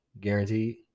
Guaranteed